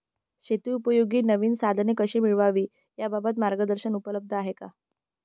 शेतीउपयोगी नवीन साधने कशी मिळवावी याबाबत मार्गदर्शन उपलब्ध आहे का?